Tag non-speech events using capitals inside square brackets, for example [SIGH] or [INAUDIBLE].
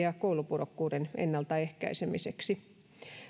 [UNINTELLIGIBLE] ja koulupudokkuuden ennaltaehkäisemiseksi